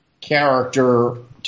character